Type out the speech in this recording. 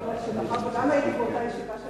מאחר שגם הייתי באותה ישיבה של